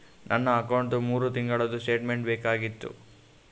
ನನ್ನ ಅಕೌಂಟ್ದು ಮೂರು ತಿಂಗಳದು ಸ್ಟೇಟ್ಮೆಂಟ್ ಬೇಕಾಗಿತ್ತು?